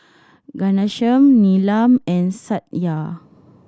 Ghanshyam Neelam and Satya